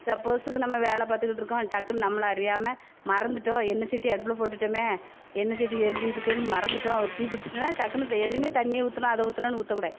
சப்போஸுக்கு நம்ம வேலை பார்த்துக்கிட்ருக்கோம் டக்குன்னு நம்மளை அறியாமல் மறந்துட்டோம் எண்ணெய் சட்டியை அடுப்பில் போட்டுட்டோமே எண்ணெய் சட்டி எரிஞ்சிக்கிட்டிருக்கேன்னு மறந்துட்டோம் ஒரு தீ புடிச்சிச்சின்னால் டக்குன்னு எதையுமே தண்ணியை ஊற்றினோம் அதை ஊற்றினோன்னு ஊற்றக்கூடாது